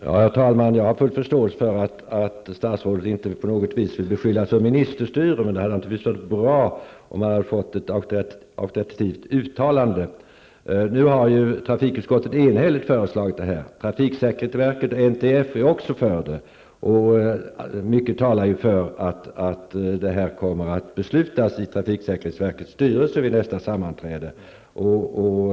Herr talman! Jag har full förståelse för att statsrådet inte vill beskyllas för ministerstyre, men det hade suttit bra om han hade gjort ett auktoritativt uttalande. Nu har trafikutskottet enhälligt föreslagit en höjning av hastighetsgränsen, och trafiksäkerhetsverket och NTF är också för en sådan. Mycket talar för att trafiksäkerhetsverkets styrelse vid nästa sammanträde fattar ett sådant beslut.